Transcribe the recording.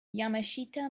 yamashita